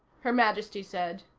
her majesty said.